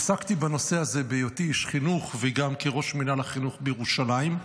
עסקתי בנושא הזה בהיותי איש חינוך וגם כראש מינהל החינוך בירושלים.